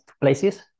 places